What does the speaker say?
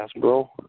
bro